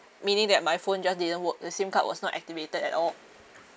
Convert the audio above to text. meaning that my phone just didn't work the SIM card was not activated at all